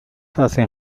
hacen